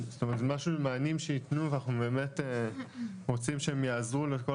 מענים שיינתנו ואנחנו באמת רוצים שהם יעזרו לכל